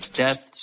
death